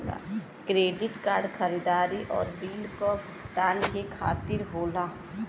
credit card खरीदारी आउर bill क भुगतान के खातिर होला